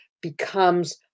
becomes